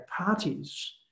Parties